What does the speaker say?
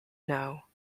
know